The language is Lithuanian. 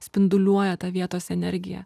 spinduliuoja tą vietos energiją